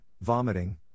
vomiting